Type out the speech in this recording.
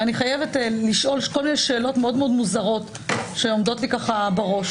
וחייבת לשאול כל מיני שאלות מאוד מוזרות שעומדות לי בראש.